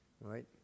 right